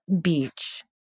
Beach